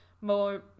more